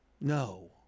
No